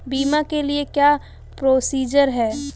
बीमा के लिए क्या क्या प्रोसीजर है?